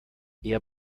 eher